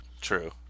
True